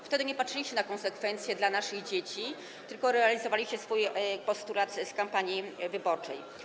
Wtedy nie patrzyliście na konsekwencje dla naszych dzieci, tylko realizowaliście swój postulat z kampanii wyborczej.